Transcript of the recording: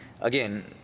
again